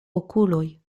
okuloj